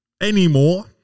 anymore